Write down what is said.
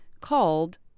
called